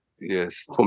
Yes